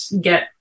get